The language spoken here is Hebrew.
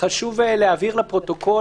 חשוב להבהיר לפרוטוקול,